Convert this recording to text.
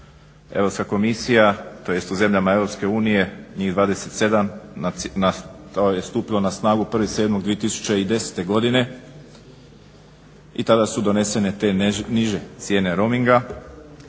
Europska komisija tj. u zemljama EU njih 27 to je stupilo na snagu 1.07.2010. godine i tada su donesene te niže cijene roaminga.